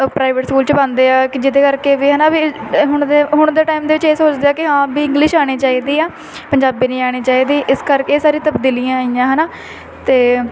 private school 'ਚ ਪਾਉਂਦੇ ਆ ਕਿ ਜਿਹਦੇ ਕਰਕੇ ਵੇ ਹੈ ਨਾ ਵੀ ਹੁਣ ਦੇ ਹੁਣ ਦੇ ਟਾਈਮ ਦੇ ਵਿੱਚ ਇਹ ਸੋਚਦੇ ਆ ਕਿ ਹਾਂ ਵੀ ਇੰਗਲਿਸ਼ ਆਉਣੀ ਚਾਹੀਦੀ ਆ ਪੰਜਾਬੀ ਨਹੀਂ ਆਉਣੀ ਚਾਹੀਦੀ ਇਸ ਕਰਕੇ ਸਾਰੀ ਤਬਦੀਲੀਆਂ ਆਈਆਂ ਹੈ ਨਾ ਅਤੇ